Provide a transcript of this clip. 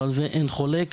ועל זה אין חולק,